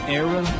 era